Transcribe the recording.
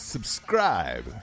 Subscribe